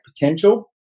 potential